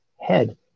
head